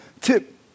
tip